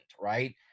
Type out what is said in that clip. Right